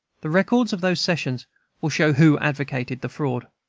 the records of those sessions will show who advocated the fraud.